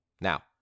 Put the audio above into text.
Now